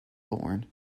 born